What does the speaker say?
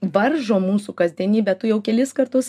varžo mūsų kasdienybę tu jau kelis kartus